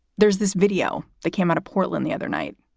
there's this video that came out of portland the other night,